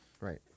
Right